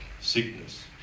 sickness